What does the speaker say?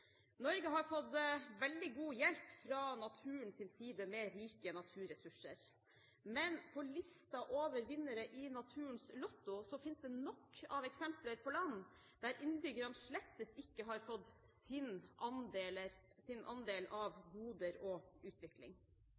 Norge har fått veldig god hjelp fra naturens side med rike naturressurser. Men på listen over vinnere i naturens lotto finnes det nok av eksempler på land der innbyggerne slett ikke har fått sin andel av goder og utvikling.